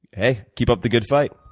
hey. keep up the good fight.